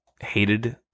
hated